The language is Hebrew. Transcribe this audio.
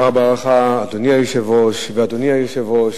לך, אדוני היושב-ראש ואדוני היושב-ראש,